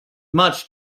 much